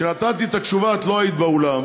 כשנתתי את התשובה את לא היית באולם,